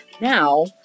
Now